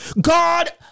God